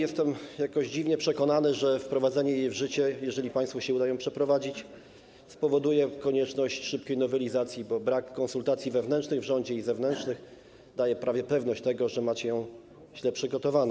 Jestem jakoś dziwnie przekonany, że wprowadzenie jej w życie, jeżeli państwu się uda ją przeprowadzić, spowoduje konieczność szybkiej nowelizacji, bo brak konsultacji wewnętrznych, w rządzie, i zewnętrznych daje prawie pewność tego, że macie ją źle przygotowaną.